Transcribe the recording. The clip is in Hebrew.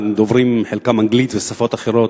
חלקם דוברים אנגלית וחלקם שפות אחרות,